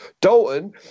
Dalton